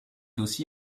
aussi